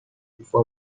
شکوفا